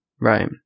right